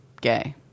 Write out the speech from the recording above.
gay